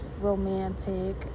romantic